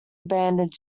abandoned